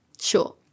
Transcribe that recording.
sure